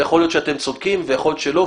יכול להיות שאתם צודקים ויכול להיות שלא,